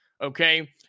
okay